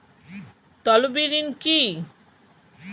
তলবি ঋণ কি?